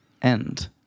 end